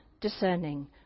discerning